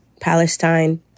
Palestine